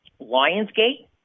Lionsgate